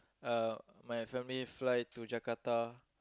uh my family fly to Jakarta